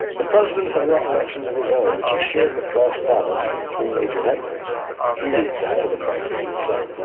the president had recollections of his own which he shared with correspondents from the three major networks ah few weeks after the crisis itself.